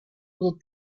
group